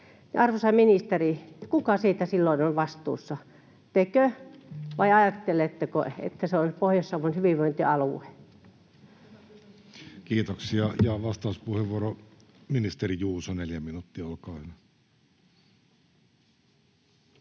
arvoisa ministeri, kuka siitä silloin on vastuussa? Tekö, vai ajatteletteko, että se on Pohjois-Savon hyvinvointialue? Kiitoksia. — Ja vastauspuheenvuoro, ministeri Juuso, neljä minuuttia, olkaa